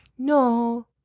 No